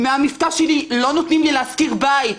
בגלל המבטא שלי לא נותנים לי לשכור בית.